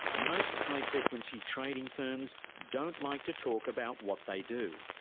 most high-frequency trading firms don't like to talk about what they do,